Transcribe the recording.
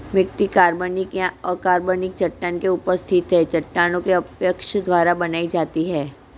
मिट्टी कार्बनिक या अकार्बनिक चट्टान के ऊपर स्थित है चट्टानों के अपक्षय द्वारा बनाई जाती है